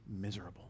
miserable